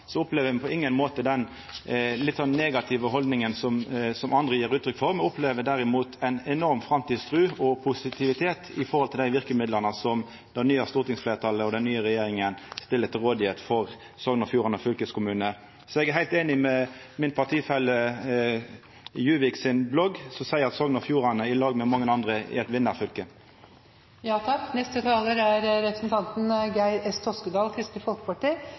på ingen måte den litt negative haldninga som andre gjev uttrykk for, me opplevde derimot ei enorm framtidstru og positivitet i forhold til dei verkemidla som det nye stortingsfleirtalet og den nye regjeringa stiller til rådvelde for Sogn og Fjordane fylkeskommune. Så eg er heilt einig med min partifelle Djuvik som i sin blogg seier at Sogn og Fjordane, i lag med mange andre, er eit